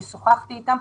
אני שוחחתי אתם.